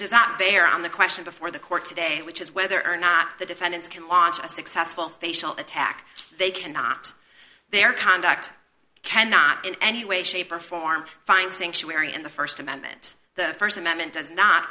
does not bear on the question before the court today which is whether or not the defendants can launch a successful facial attack they cannot their conduct cannot in any way shape or form find sanctuary in the st amendment the st amendment